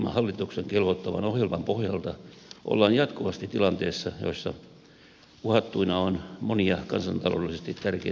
hallituksen kelvottoman ohjelman pohjalta ollaan jatkuvasti tilanteissa joissa uhattuina on monia kansantaloudellisesti tärkeitä valtionyhtiöitä